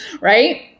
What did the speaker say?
right